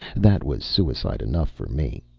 that was suicide enough for me.